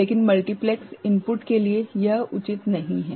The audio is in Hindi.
लेकिन मल्टीप्लेक्स इनपुट के लिए यह उचित नहीं है